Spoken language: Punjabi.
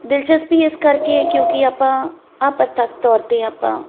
ਦਿਲਚਸਪੀ ਇਸ ਕਰਕੇ ਹੈ ਕਿਉਂਕੀ ਆਪਾਂ ਆਹ ਪ੍ਰਤੱਖ ਤੌਰ 'ਤੇ ਆਪਾਂ